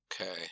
Okay